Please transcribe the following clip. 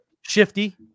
shifty